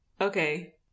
Okay